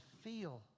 feel